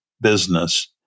business